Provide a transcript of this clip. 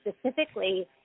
specifically